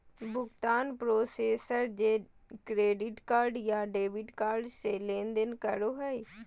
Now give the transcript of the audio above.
भुगतान प्रोसेसर जे credit card या डेबिट कार्ड से लेनदेन करो हइ